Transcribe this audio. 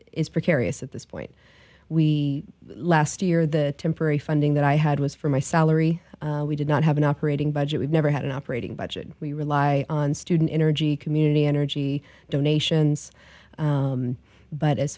is precarious at this point we last year the temporary funding that i had was for my salary we did not have an operating budget we've never had an operating budget we rely on student energy community energy donations but as